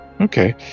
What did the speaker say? Okay